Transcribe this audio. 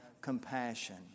compassion